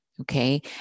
okay